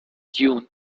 dune